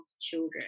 children